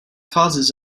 causes